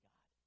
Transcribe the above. God